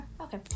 Okay